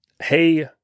Hey